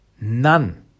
None